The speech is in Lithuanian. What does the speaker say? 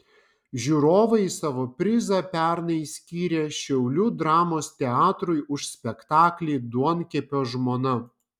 žiūrovai savo prizą pernai skyrė šiaulių dramos teatrui už spektaklį duonkepio žmona